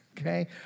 Okay